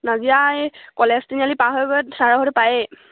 নাজিৰা এই কলেজ তিনিআলি পাৰ হৈ গৈ ছাৰৰ ঘৰতো পায়ে